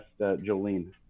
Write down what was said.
jolene